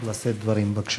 כי הם ידעו במי הם מתנקשים.